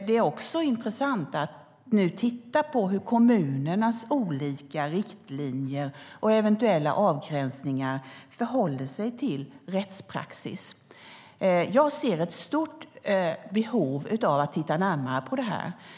Det är också intressant att nu titta på hur kommunernas olika riktlinjer och eventuella avgränsningar förhåller sig till rättspraxis. Jag ser ett stort behov av att titta närmare på det här.